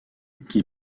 qui